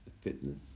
fitness